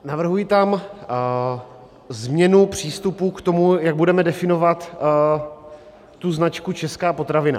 Navrhuji tam změnu přístupu k tomu, jak budeme definovat značku Česká potravina.